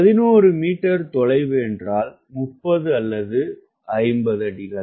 11 metre தொலைவு என்றால் 30 அல்லது 50 அடிகள்